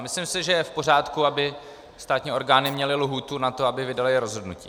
Myslím si, že je v pořádku, aby státní orgány měly lhůtu na to, aby vydaly rozhodnutí.